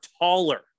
taller